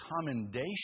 commendation